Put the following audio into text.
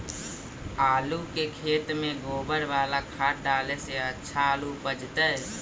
आलु के खेत में गोबर बाला खाद डाले से अच्छा आलु उपजतै?